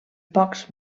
pocs